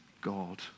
God